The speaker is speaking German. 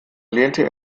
lehnte